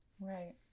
Right